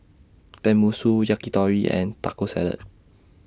Tenmusu Yakitori and Taco Salad